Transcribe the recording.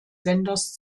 senders